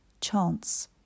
chance